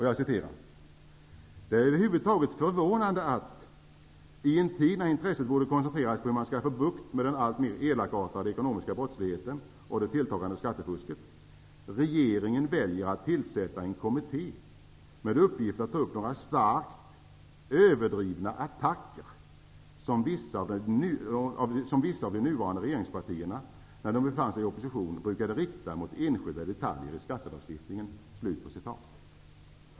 Jag citerar: ''Det är över huvud taget förvånande att, i en tid när intresset borde koncentreras på hur man skall få bukt med den alltmer elakartade ekonomiska brottsligheten och det tilltagande skattefusket, regeringen väljer att tillsätta en kommitté med uppgift att ta upp några starkt överdrivna attacker som vissa av de nuvarande regeringspartierna, när de befann sig i opposition, brukade rikta mot enskilda detaljer i skattelagstiftningen.''